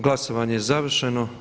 Glasovanje je završeno.